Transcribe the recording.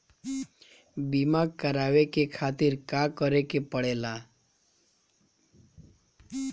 बीमा करेवाए के खातिर का करे के पड़ेला?